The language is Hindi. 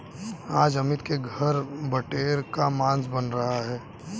आज अमित के घर बटेर का मांस बन रहा है